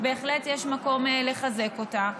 בהחלט יש מקום לחזק אותה.